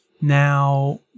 Now